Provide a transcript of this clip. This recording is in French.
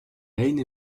lane